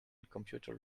computer